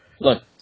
Look